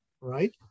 right